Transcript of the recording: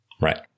Right